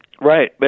Right